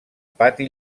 pati